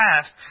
past